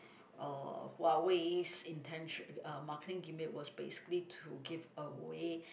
uh Huawei's intentio~ uh marketing gimmick was basically to give away